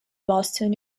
boston